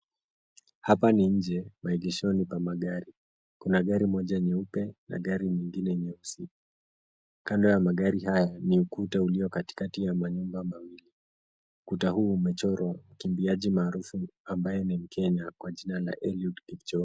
Hapa ni njee maegeshoni pa magari. Kuna gari moja nyeupe na gari nyingine nyeusi. Kando ya magari haya, ni ukuta ulio katikati ya manyumba mawili. Ukuta huu umechora mkiambiaji maarufu ambaye ni Mkenya kwa jina la Eliud Kipchoge.